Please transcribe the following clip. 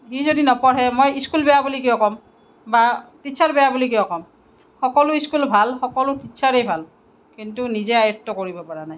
সি যদি নপঢ়ে মই স্কুল বেয়া বুলি কিয় ক'ম বা টিচাৰ বেয়া বুলি কিয় ক'ম সকলো স্কুল ভাল সকলো টিচাৰেই ভাল কিন্তু নিজে আয়ত্ব কৰিব পৰা নাই